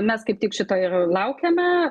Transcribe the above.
mes kaip tik šito ir laukėme